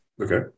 Okay